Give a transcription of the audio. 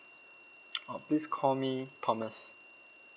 oh please call me thomas